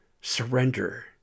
surrender